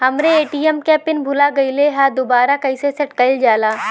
हमरे ए.टी.एम क पिन भूला गईलह दुबारा कईसे सेट कइलजाला?